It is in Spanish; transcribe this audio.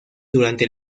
durante